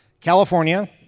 California